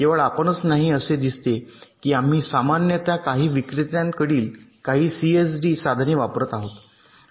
केवळ आपणच नाही असे दिसते की आम्ही सामान्यतः काही विक्रेतांकडील काही सीएडी साधने वापरत आहोत